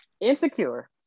Insecure